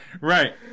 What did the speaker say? Right